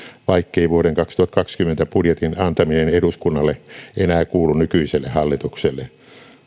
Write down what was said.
vaikkei vuoden kaksituhattakaksikymmentä budjetin antaminen eduskunnalle enää kuluu nykyiselle hallitukselle